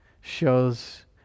shows